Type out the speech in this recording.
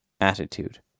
attitude